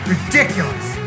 Ridiculous